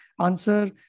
answer